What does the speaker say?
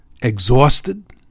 exhausted